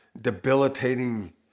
debilitating